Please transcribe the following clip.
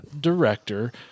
director